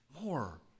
more